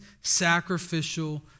sacrificial